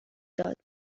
داد